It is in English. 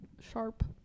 sharp